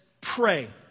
pray